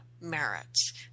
merits